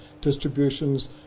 distributions